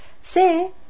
Say